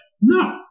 No